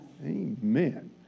Amen